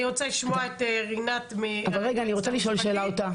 אני רוצה לשמוע את רינת ממשרד הרווחה.